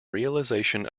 realization